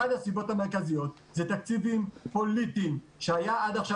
אחת הסיבות המרכזיות זה תקציבים פוליטיים שהיו עד עכשיו